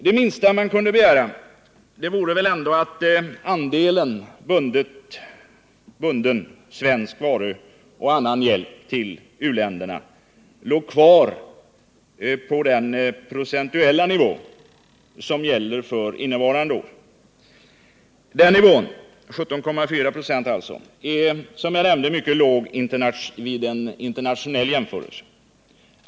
Det minsta man kunde begära vore väl ändå att andelen bunden svensk 179 varuhjälp och annan hjälp till u-länderna låg kvar på den procentuella nivå som gäller för innevarande budgetår. Den nivån, 17,4 96, är som jag nämnde mycket låg vid en internationell jämförelse.